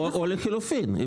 או לחילופין,